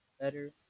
better